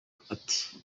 ati